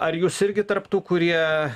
ar jūs irgi tarp tų kurie